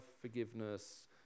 forgiveness